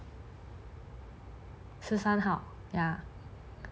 十三号 ya